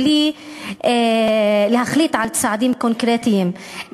בלי להחליט על צעדים קונקרטיים,